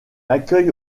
accueille